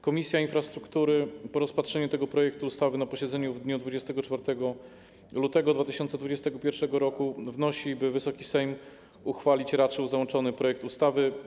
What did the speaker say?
Komisja Infrastruktury po rozpatrzeniu tego projektu ustawy na posiedzeniu w dniu 24 lutego 2021 r. wnosi, by Wysoki Sejm uchwalić raczył załączony projekt ustawy.